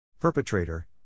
Perpetrator